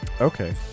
Okay